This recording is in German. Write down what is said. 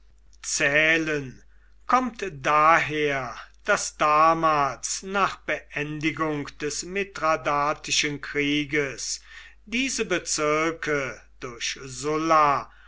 zählen kommt daher daß damals nach beendigung des mithradatischen krieges diese bezirke durch sulla